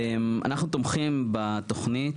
אנחנו תומכים בתוכנית,